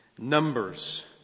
numbers